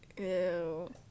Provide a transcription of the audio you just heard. Ew